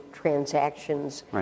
transactions